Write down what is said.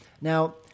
Now